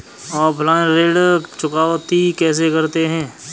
Offline ऋण चुकौती कैसे करते हैं?